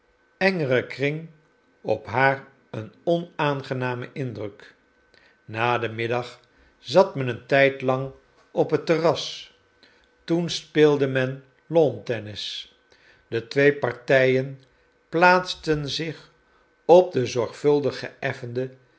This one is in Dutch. engeren kring op haar een onaangenamen indruk na den middag zat men een tijd lang op het terras toen speelde men lawn tennis de twee partijen plaatsten zich op den zorgvuldig geëffenden